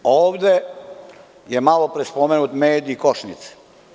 Ovde je malo pre spomenut med i košnice.